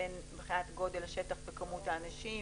בין מבחינת גודל השטח וכמות האנשים,